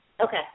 Okay